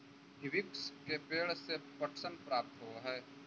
hibiscus के पेंड़ से पटसन प्राप्त होव हई